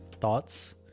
thoughts